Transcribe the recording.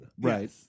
right